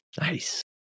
Nice